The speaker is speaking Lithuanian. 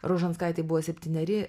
rožanskaitei buvo septyneri